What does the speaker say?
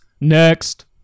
Next